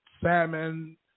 salmon